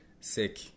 sick